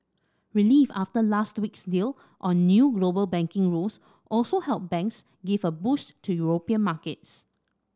relief after last week's deal on new global banking rules also helped banks give a boost to European markets